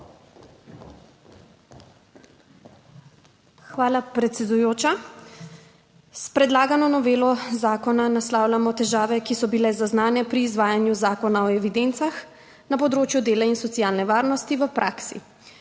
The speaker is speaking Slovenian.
Hvala predsedujoča. S predlagano novelo zakona naslavljamo težave, ki so bile zaznane pri izvajanju Zakona o evidencah na področju dela in socialne varnosti v praksi,